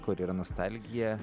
kur yra nostalgija